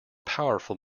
powerful